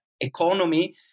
economy